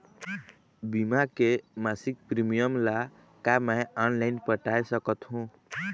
बीमा के मासिक प्रीमियम ला का मैं ऑनलाइन पटाए सकत हो?